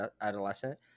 adolescent